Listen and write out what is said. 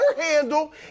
handle